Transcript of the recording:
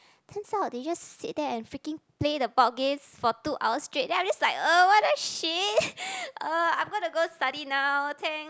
turns out they just sit there and freaking play the board games for two hours straight like I'm just like uh what the shit uh I'm going to go study now thank